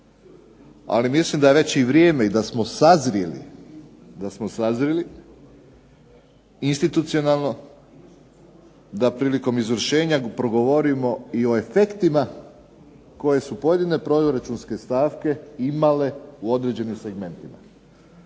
Ali mislim da je već i vrijeme i da smo sazrjeli institucionalno, da prilikom izvršenja progovorimo o efektima koje su pojedine proračunske stavke imale u određenim segmentima.